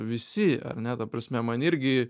visi ar ne ta prasme man irgi